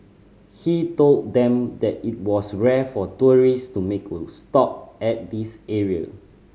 he told them that it was rare for tourist to make a stop at this area